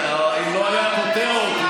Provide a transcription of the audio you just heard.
אתה, אם לא היה קוטע אותי.